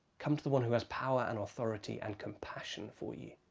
come to the one who has power and authority and compassion for you.